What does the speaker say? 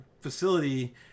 facility